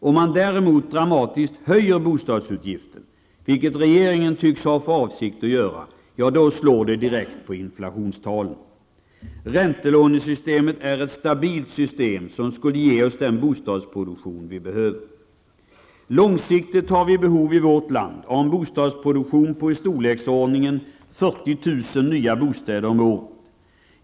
Om man däremot dramatiskt höjer bostadsutgiften, vilket regeringen tycks ha för avsikt att göra, då slår det direkt på inflationstalen. Räntelånesystemet är ett stabilt system, som skulle ge oss den bostadsproduktion som vi behöver. Långsiktigt behöver vi i vårt land en bostadsproduktion på i storleksordningen 40 000 nya bostäder om året.